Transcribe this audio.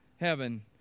heaven